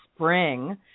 spring